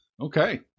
Okay